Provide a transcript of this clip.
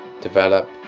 develop